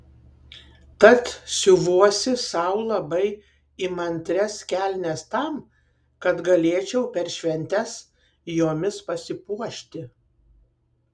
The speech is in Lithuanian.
tad siuvuosi sau labai įmantrias kelnes tam kad galėčiau per šventes jomis pasipuošti